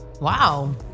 Wow